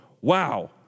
wow